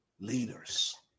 Leaders